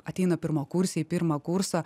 ateina pirmakursiai į pirmą kursą